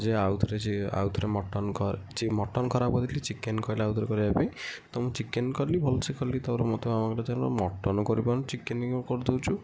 ଯେ ଆଉ ଥରେ ଯେ ଆଉ ଥରେ ମଟନ୍ କର ଚି ମଟନ୍ ଖରାପ କରି ଦେଇଥିଲି ଚିକେନ୍ କହିଲା ଆଉ ଥରେ କରିବା ପାଇଁ ତ ମୁଁ ଚିକେନ୍ କରିଲି ଭଲସେ କରିଲି ତ ତା'ପରେ ମୋତେ ମାମା ପଚାରିଲା ମଟନ୍ କରି ପାରୁନୁ ଚିକେନ୍ କ'ଣ କରି ଦେଉଛୁ